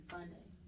Sunday